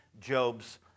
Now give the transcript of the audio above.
Job's